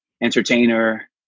entertainer